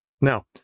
Now